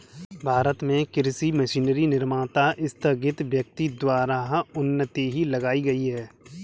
भारत में कृषि मशीनरी निर्माता स्थगित व्यक्ति द्वारा उन्नति लाई गई है